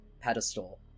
pedestal